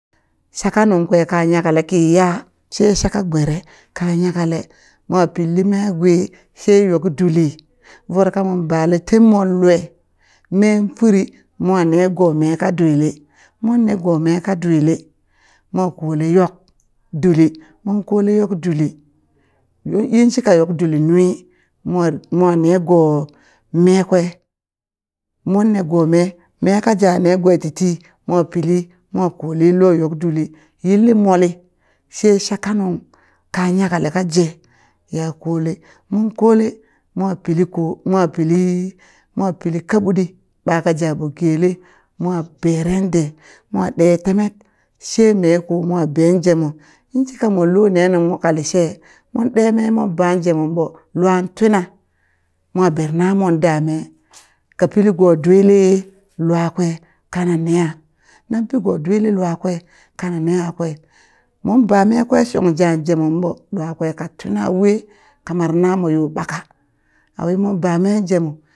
Shaka nung kwe ka nyakale ki ya she shaka gbere ka nyakale mo pilli me gwi she yok duli voro kamon bale temmon loe meen furi mo ne go meka dwili mon nego meka dwilli mo kole yok duli mon kole yok duli yin shika yok duli nwi mwa mwa nego mee kwe monne go meem mee ka ja ya negoe titi mo pili mo kole lo yok duli yilli moli she shaka nung ka nyakale ka je ya kole mon kole mo pili ko mwa pil mwa pili kaɓutɗi ɓaka ja ɓo gele mo berende mo ɗe temet she meko mon ɓe jemo yin shika monlo ne nung mo kalishe mon ɗe mee mon ban jemonɓo lwan twina mo ber na mon da mee ka pili go dwili lwa kwe kana neha na pi go dwili lua kwe ka neha kwe mon ba me kwe shong ja jemonɓo lua kwe ka twina wee ka mar namo yo ɓaka awi mon ba men jemo